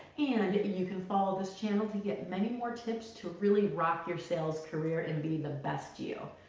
and you can follow this channel to get many more tips to really rock your sales career and be the best you.